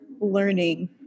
learning